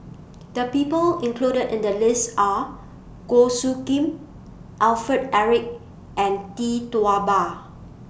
The People included in The list Are Goh Soo Khim Alfred Eric and Tee Tua Ba